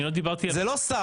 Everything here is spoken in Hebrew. לא דיברתי על זה.